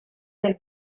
del